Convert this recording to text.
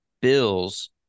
Bills